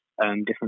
different